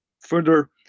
further